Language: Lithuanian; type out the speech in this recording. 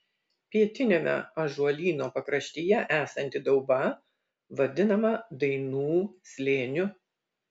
pietiniame ąžuolyno pakraštyje esanti dauba vadinama dainų slėniu